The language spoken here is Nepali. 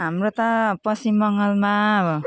हाम्रो त पश्चिम बङ्गालमा